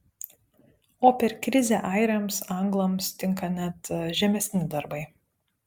o per krizę airiams anglams tinka net žemesni darbai